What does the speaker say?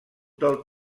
del